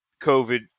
covid